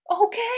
okay